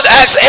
ask